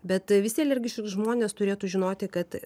bet visi alergiški žmonės turėtų žinoti kad